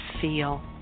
feel